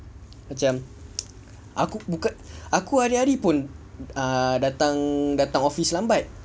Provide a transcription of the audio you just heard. macam aku bukan aku hari-hari pula err datang datang office lambat